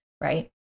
right